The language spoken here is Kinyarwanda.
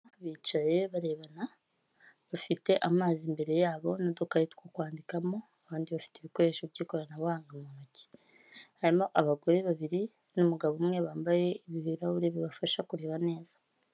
Abana bicaye barebana, bafite amazi imbere yabo n'udukayi two kwandikamo, abandi bafite ibikoresho byikoranabuhanga mu ntoki, harimo abagore babiri n'umugabo umwe bambaye ibirahuri bibafasha kureba neza.